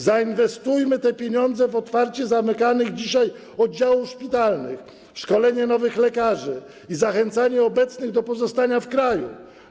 Zainwestujmy te pieniądze w otwarcie zamykanych dzisiaj oddziałów szpitalnych, w szkolenie nowych lekarzy i zachęcanie obecnych do pozostania w kraju.